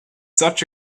such